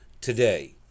today